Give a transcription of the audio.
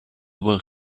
were